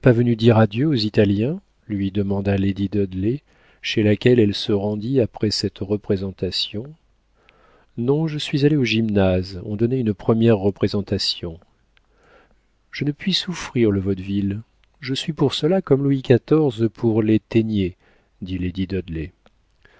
venue dire adieu aux italiens lui demanda lady dudley chez laquelle elle se rendit après cette représentation non je suis allée au gymnase on donnait une première représentation je ne puis souffrir le vaudeville je suis pour cela comme louis xiv pour les téniers dit